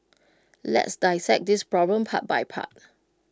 let's dissect this problem part by part